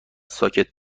ساکت